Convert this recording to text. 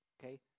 Okay